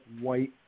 white